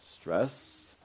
stress